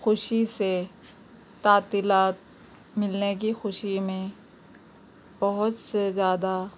خوشی سے تعطیلات ملنے کی خوشی میں پہونچ سے زیادہ